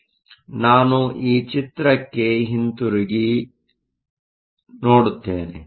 ಆದ್ದರಿಂದ ನಾವು ಈ ಚಿತ್ರಕ್ಕೆ ಹಿಂತಿರುಗಿ ನೋಡೋಣ